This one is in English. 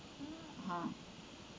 ah